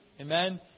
Amen